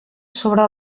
sobre